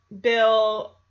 Bill